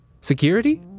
security